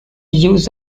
use